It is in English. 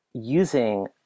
Using